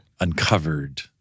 uncovered